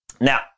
Now